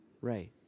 right